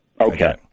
Okay